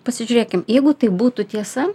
pasižiūrėkim jeigu tai būtų tiesa